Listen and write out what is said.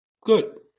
good